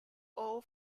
all